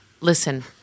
Listen